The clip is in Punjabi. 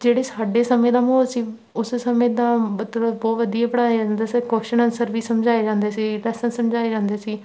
ਜਿਹੜੇ ਸਾਡੇ ਸਮੇਂ ਦਾ ਮਾਹੌਲ ਸੀ ਉਸ ਸਮੇਂ ਦਾ ਮਤਲਬ ਬਹੁਤ ਵਧੀਆ ਪੜ੍ਹਾਇਆ ਜਾਂਦਾ ਸੀ ਕੁਸ਼ਚਨ ਆਨਸਰ ਵੀ ਸਮਝਾਏ ਜਾਂਦੇ ਸੀ ਲੈਸਨ ਸਮਝਾਏ ਜਾਂਦੇ ਸੀ